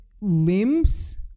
limbs